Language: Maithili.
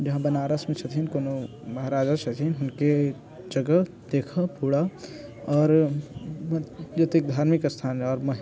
जेना बनारस मऽ छथिन कोनो महाराजा छथिन हुनके जगह देखऽ पूरा और जतेक धार्मिक स्थान